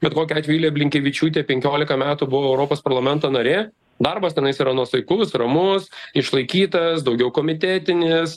bet kokiu atveju vilija blinkevičiūtė penkiolika metų buvo europos parlamento narė darbas tenais yra nuosaikus ramus išlaikytas daugiau komitetinis